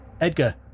Edgar